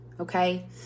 Okay